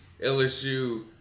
LSU